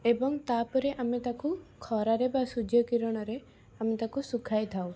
ଏବଂ ତାପରେ ଆମେ ତାକୁ ଖରାରେ ବା ସୂର୍ଯ୍ୟ କିରଣରେ ଆମେ ତାକୁ ଶୁଖାଇ ଥାଉ